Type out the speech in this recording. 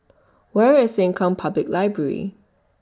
Where IS Sengkang Public Library